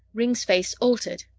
ringg's face altered.